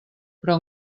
però